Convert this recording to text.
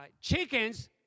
Chickens